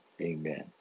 Amen